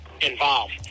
involved